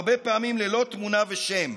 הרבה פעמים ללא תמונה ושם.